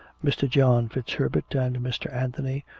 mr. john fitzherbert and mr. anthony,